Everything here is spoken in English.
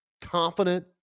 confident